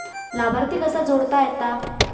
लाभार्थी कसा जोडता येता?